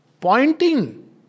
Pointing